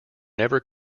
never